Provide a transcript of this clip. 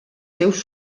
seus